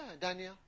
Daniel